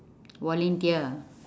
volunteer